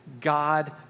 God